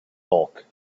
bulk